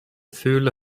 ful